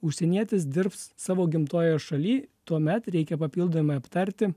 užsienietis dirbs savo gimtojoje šaly tuomet reikia papildomai aptarti